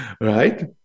right